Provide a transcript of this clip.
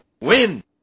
win